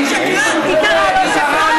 סליחה,